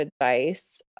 advice